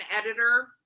editor